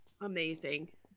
Amazing